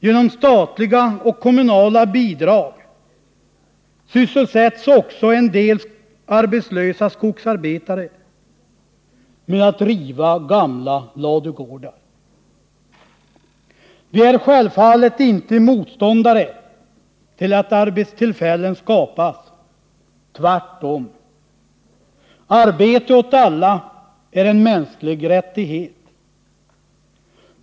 Genom statliga och kommunala bidrag sysselsätts också en del arbetslösa skogsarbetare med att riva gamla ladugårdar. Vi är självfallet inte motståndare till att arbetstillfällen skapas. Tvärtom. Arbete åt alla är en mänsklig rättighet.